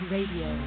Radio